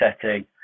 setting